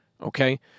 Okay